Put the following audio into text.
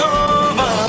over